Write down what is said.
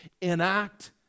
enact